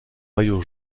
maillot